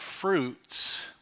fruits